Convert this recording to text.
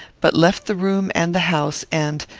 but left the room and the house, and,